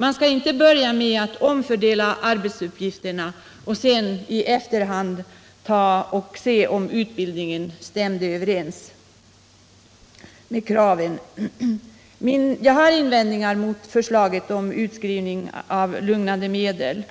Man skall inte börja med att — m.m. omfördela arbetsuppgifterna och sedan i efterhand se om utbildningen stämmer med kraven. Jag har invändningar mot förslaget om utskrivning av lugnande medel.